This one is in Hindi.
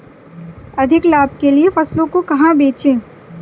अधिक लाभ के लिए फसलों को कहाँ बेचें?